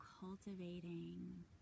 cultivating